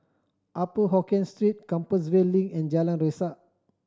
Upper Hokkien Street Compassvale Link and Jalan Resak